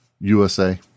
USA